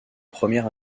premier